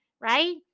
right